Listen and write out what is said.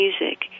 music